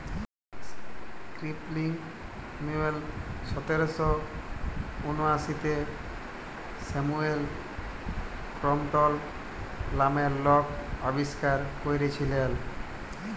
spinning mule সতের শ উনআশিতে স্যামুয়েল ক্রম্পটল লামের লক আবিষ্কার ক্যইরেছিলেল